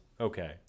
Okay